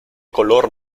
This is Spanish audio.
color